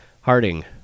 Harding